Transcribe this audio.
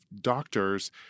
doctors